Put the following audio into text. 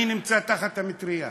אני נמצא תחת המטרייה.